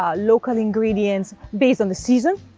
ah local ingredients based on the season.